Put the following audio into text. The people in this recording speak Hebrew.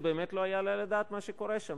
זה באמת לא יעלה על הדעת מה שקורה שם.